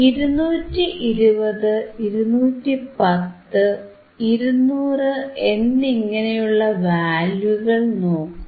220 210 200 എന്നിങ്ങനെയുള്ള വാല്യൂകൾ നോക്കൂ